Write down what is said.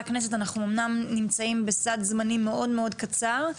הכנסת אנחנו אמנם נמצאים בסד זמנים מאוד מאוד קצר,